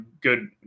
good